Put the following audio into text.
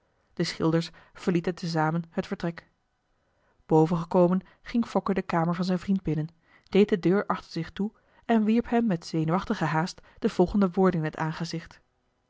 de schilders verlieten te zamen het vertrek boven gekomen ging fokke de kamer van zijn vriend binnen deed de deur achter zich toe en wierp hem met zenuwachtige haast de volgende woorden in het aangezicht